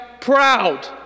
proud